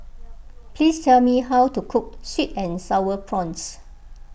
please tell me how to cook Sweet and Sour Prawns